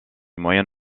moyen